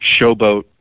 showboat